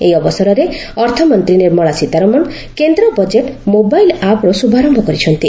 ଏହି ଅବସରରେ ଅର୍ଥମନ୍ତ୍ରୀ ନିର୍ମଳା ସୀତାରମଣ କେନ୍ଦ୍ର ବଜେଟ୍ ମୋବାଇଲ୍ ଆପ୍ର ଶୁଭାରମ୍ଭ କରିଛନ୍ତି